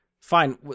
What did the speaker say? fine